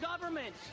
government